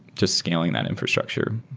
just scaling that infrastructure.